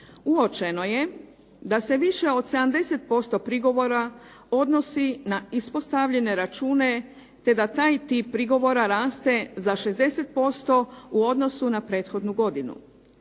Uočeno je da se više od 70% prigovora odnosi na ispostavljene račune te da taj tip prigovora raste za 60% u odnosu na prethodnu godinu.